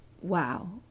wow